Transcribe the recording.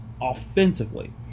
offensively